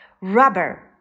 rubber